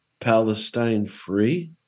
Palestine-free